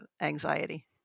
anxiety